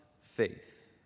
faith